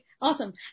Awesome